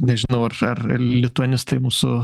nežinau ar ar lituanistai mūsų